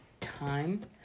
time